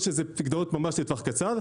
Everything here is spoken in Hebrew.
או שאלה פיקדונות ממש לטווח קצר,